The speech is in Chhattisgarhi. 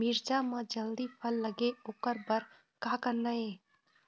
मिरचा म जल्दी फल लगे ओकर बर का करना ये?